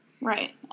Right